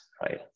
right